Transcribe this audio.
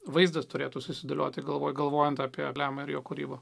vaizdas turėtų susidėlioti galvoj galvojant apie lemą ir jo kūrybą